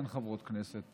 אין חברות כנסת,